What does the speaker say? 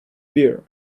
bear